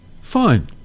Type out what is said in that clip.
fine